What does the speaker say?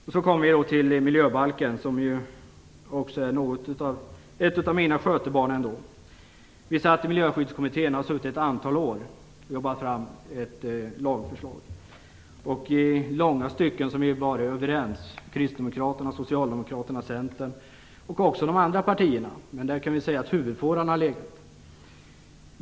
Låt mig sedan gå över till miljöbalken som är ett av mina skötebarn. Vi har suttit ett antal år i Miljöskyddskommittén och jobbat fram ett lagförslag. I långa stycken var vi överens kristdemokraterna, socialdemokraterna och centerpartisterna. Även de andra partierna var överens med oss ibland, men vi kan säga att huvudfåran har legat där.